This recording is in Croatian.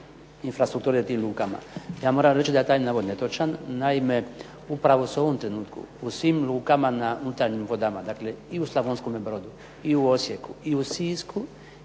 infrastrukture u tim lukama. Ja moram reći da je taj navod netočan. Naime, upravo se u ovom trenutku u svim lukama na unutarnjim vodama, dakle i u Slavonskom Brodu i u Osijeku i u Sisku